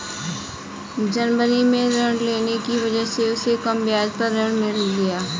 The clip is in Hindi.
जनवरी में ऋण लेने की वजह से उसे कम ब्याज पर ऋण मिल गया